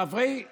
חברי ימינה,